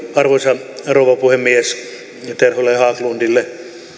arvoisa rouva puhemies terholle ja haglundille